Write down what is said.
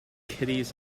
kiddies